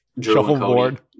Shuffleboard